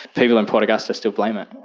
people in port augusta still blame it.